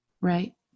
right